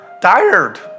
tired